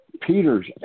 Peter's